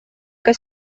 que